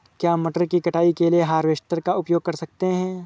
क्या मटर की कटाई के लिए हार्वेस्टर का उपयोग कर सकते हैं?